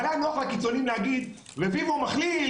אבל היה נוח לקיצונים להגיד - רביבו מכליל,